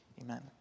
amen